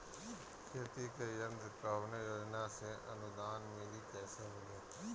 खेती के यंत्र कवने योजना से अनुदान मिली कैसे मिली?